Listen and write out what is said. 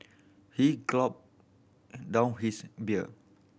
he gulped down his beer